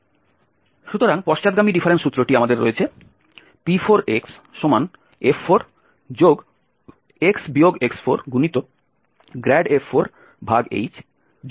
সুতরাং পশ্চাদগামী ডিফারেন্স সূত্রটি আমাদের রয়েছে P4xf4x x4f4h2